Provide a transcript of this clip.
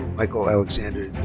michael alexander